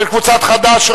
של קבוצות חד"ש,